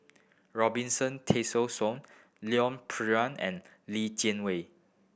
Robinson Leon and Li Jianwei